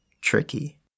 tricky